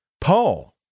Paul